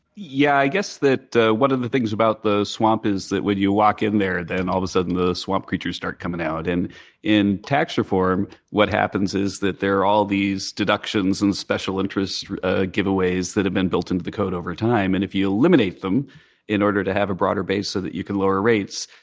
yeah, i guess that one of the things about the swamp is that when you walk in there then all of a sudden the swamp creatures start coming out. and in tax reform what happens is that there are all these deductions and special interests ah giveaways that have been built into the code over time, and if you eliminate them in order to have a broader base so that you can lower rates,